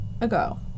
ago